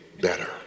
better